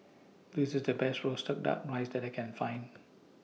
This IS The Best Roasted Duck Rice that I Can Find